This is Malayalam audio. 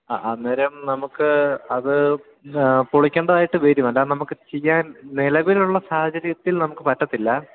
ആ അന്നേരം നമുക്കത് പൊളിക്കേണ്ടതായിട്ട് വരും അല്ലാതെ നമുക്ക് ചെയ്യാൻ നിലവിലുള്ള സാഹചര്യത്തിൽ നമുക്ക് പറ്റില്ല